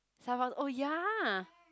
someone oh ya